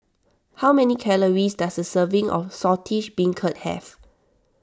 how many calories does a serving of Saltish Beancurd have